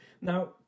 now